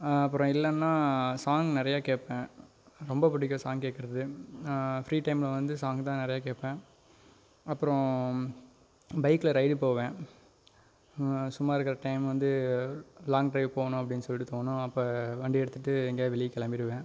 அப்புறம் இல்லைன்னா சாங் நிறையா கேட்பேன் ரொம்ப பிடிக்கும் சாங் கேட்கறது ஃப்ரீ டைமில் வந்து சாங்கு தான் நிறைய கேட்பேன் அப்புறம் பைக்கில் ரைடு போவேன் சும்மா இருக்கிற டைம் வந்து லாங் டிரைவ் போகனும் அப்படின் சொல்லிட்டு தோணும் அப்போ வண்டியை எடுத்துகிட்டு எங்கேயா வெளியே கிளம்பிருவேன்